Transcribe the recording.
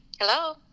Hello